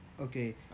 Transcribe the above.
Okay